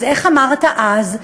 אז איך אמרת אז?